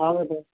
ಹೌದು